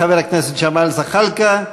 חבר הכנסת ג'מאל זחאלקה,